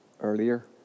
earlier